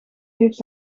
heeft